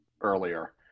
earlier